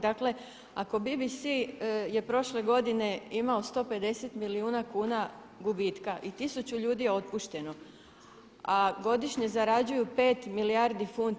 Dakle ako BBC je prošle godine imao 150 milijuna kuna gubitka i 1000 ljudi je otpušteno, a godišnje zarađuju 5 milijardi funti.